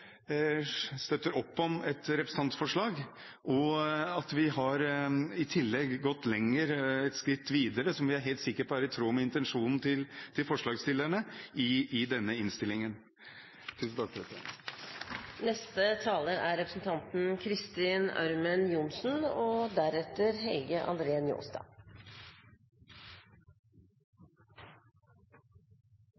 støtter opp om et representantforslag, og at vi i tillegg har gått et skritt videre – som vi er helt sikre på er i tråd med forslagsstillernes intensjon – i denne innstillingen. Det er en gledelig dag og